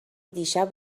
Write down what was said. دیشب